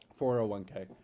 401k